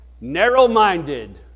Narrow-minded